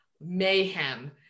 mayhem